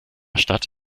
stadt